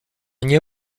nie